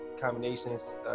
combinations